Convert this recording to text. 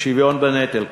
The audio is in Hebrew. שוויון בנטל כמובן.